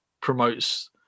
promotes